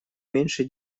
меньше